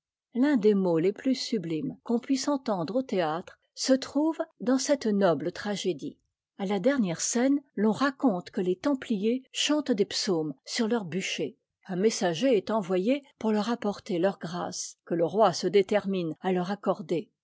l'un des mots les plus sublimes qu'on puisse entendre au théâtre se trouve dans cette noble tragédie a la dernière scène l'on raconte que les templiers chantent des psaumes sur leur bûcher un messager est envoyé pour leur apporter leur grâce que le roi se détermine à leur accorder